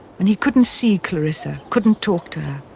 and he couldn't see clarissa, couldn't talk to her.